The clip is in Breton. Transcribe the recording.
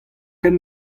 ken